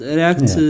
react